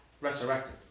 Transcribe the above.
resurrected